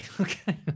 okay